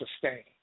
sustain